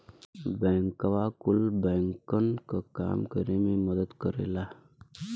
बैंकवा कुल बैंकन क काम करे मे मदद करेला